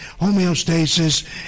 homeostasis